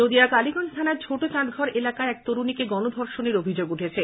নদীয়া কালীগঞ্জ থানার ছোট চাঁদঘর এলাকায় এক তরুণীকে গণধর্ষণের অভিযোগ উঠেছে